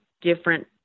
different